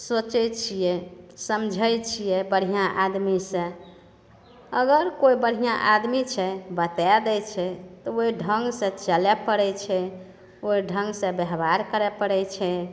सोचैत छियै समझैत छियै बढ़िआँ आदमीसँ अगर केओ बढ़िआँ आदमी छै बताए दै छै ओइ ढङ्ग से चलए पड़ैत छै ओहि ढङ्ग से ब्यहवार करै पड़ैत छै